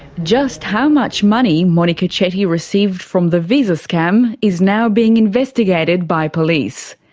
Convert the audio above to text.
just how much money monika chetty received from the visa scam is now being investigated by police.